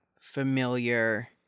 familiar